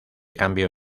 cambio